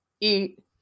eat